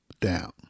down